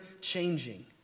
changing